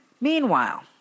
Meanwhile